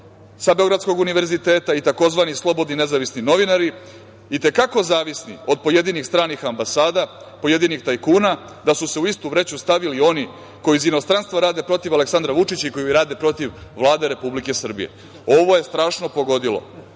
sa Beogradskog univerziteta i tzv. slobodni nezavisni novinari, i te kako zavisni od pojedinih stranih ambasada, pojedinih tajkuna, da su se u istu vreću stavili i oni koji iz inostranstva rade protiv Aleksandra Vučića i koji rade protiv Vlade Republike Srbije".Ovo je strašno pogodilo